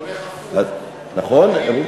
נכון?